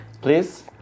please